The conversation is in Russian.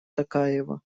токаева